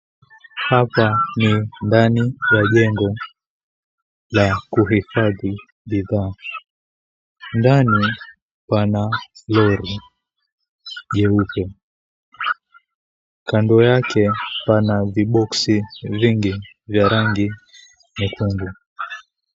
Hapa ni ndani ya jengo la kuhifadhi bidhaa, ndani pana lori jeupe kando yake pana viboxi vingi vya rangi nyekundu.